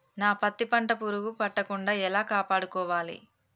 నా పత్తి పంట పురుగు పట్టకుండా ఎలా కాపాడుకోవాలి?